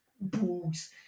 books